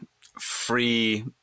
free